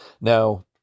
Now